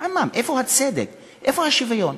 איפה הצדק, איפה השוויון?